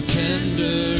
tender